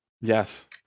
Yes